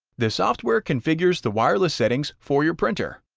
the software configures the wireless settings for your printer.